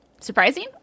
surprising